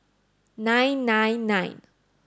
nine nine nine